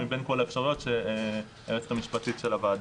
על בסיס המשאבים הקיימים שלו,